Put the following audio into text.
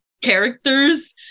characters